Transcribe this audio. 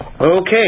Okay